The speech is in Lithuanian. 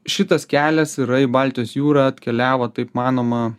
šitas kelias yra į baltijos jūrą atkeliavo taip manoma